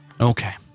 okay